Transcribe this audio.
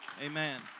Amen